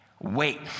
wait